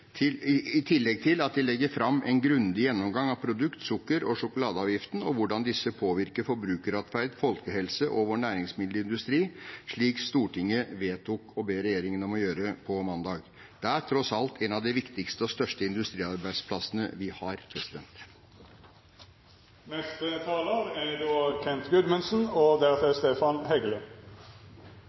til at de legger fram en grundig gjennomgang av produkt-, sukker- og sjokoladeavgiften og hvordan disse påvirker forbrukeratferd, folkehelse og vår næringsmiddelindustri, slik Stortinget på mandag vedtok å be regjeringen om å gjøre. Det er tross alt en av de viktigste og største industriarbeidsplassene vi har. Det går godt i Norge, som vi har hørt. Ledigheten er lav, økonomien er i vekst, og